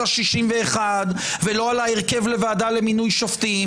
ה-61 ולא על ההרכב של הוועדה למינוי שופטים?